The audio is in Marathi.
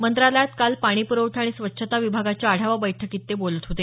मंत्रालयात काल पाणी पुरवठा आणि स्वच्छता विभागाच्या आढावा बैठकीत ते बोलत होते